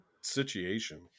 situation